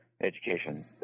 education